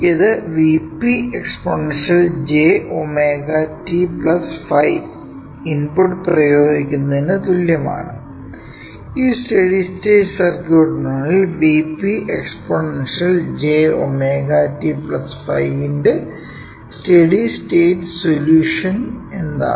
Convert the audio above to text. ഇത് Vp exponential jωt ϕ input പ്രയോഗിക്കുന്നതിന് തുല്യമാണ് ഈ പ്രത്യേക സർക്യൂട്ടിനുള്ളVp എക്സ്പോണൻഷ്യൽ jωt ϕ ന്റെ സ്റ്റെഡി സ്റ്റേറ്റ് സൊല്യൂഷൻ എന്താണ്